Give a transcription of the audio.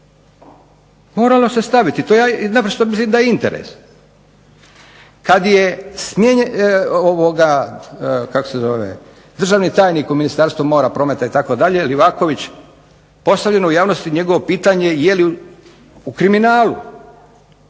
Moralo se staviti. To ja naprosto mislim da je interes. Kad je, ovoga kako se zove, državni tajnik u Ministarstvu mora, prometa itd., Livaković, postavljen u javnosti njegovo pitanje je li u kriminalu